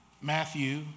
Matthew